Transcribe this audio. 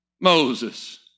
Moses